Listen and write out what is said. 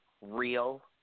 real